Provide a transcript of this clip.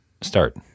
start